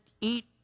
eat